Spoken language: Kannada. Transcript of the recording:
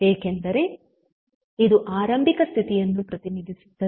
ಏಕೆಂದರೆ ಇದು ಆರಂಭಿಕ ಸ್ಥಿತಿಯನ್ನು ಪ್ರತಿನಿಧಿಸುತ್ತದೆ